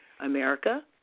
America